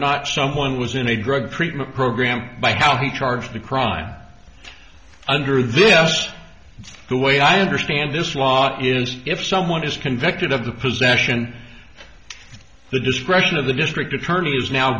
not someone was in a drug treatment program might be charged a crime under this the way i understand this law is if someone is convicted of the possession the discretion of the district attorney is now